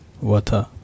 water